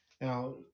Now